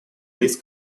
лиц